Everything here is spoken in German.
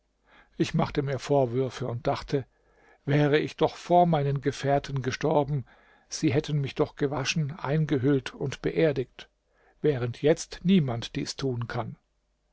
ich machte mir vorwürfe und dachte wäre ich doch vor meinen gefährten gestorben sie hätten mich doch gewaschen eingehüllt und beerdigt während jetzt niemand dies tun kann